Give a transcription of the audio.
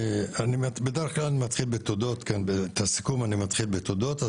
אני בדרך כלל את הסיכום אני מתחיל בתודות,